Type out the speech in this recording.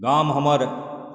गाम हमर